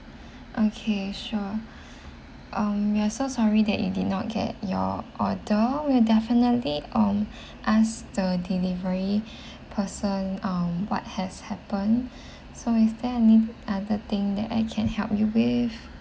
okay sure um we are so sorry that you did not get your order we'll definitely um ask the delivery person um what has happened so is there any other thing that I can help you with